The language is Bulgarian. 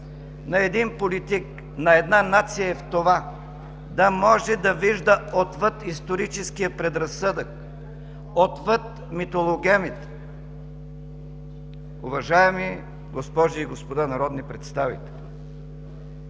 на един политик, на една нация е в това да може да вижда отвъд историческия предразсъдък, отвъд митологемите. Уважаеми госпожи и господа народни представители,